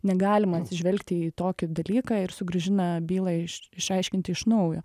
negalima atsižvelgti į tokį dalyką ir sugrąžina bylą iš išaiškinti iš naujo